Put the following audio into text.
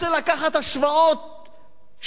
שאילו זה היה קורה בנושאים מדיניים.